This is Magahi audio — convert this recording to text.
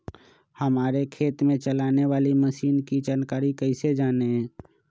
हमारे खेत में चलाने वाली मशीन की जानकारी कैसे जाने?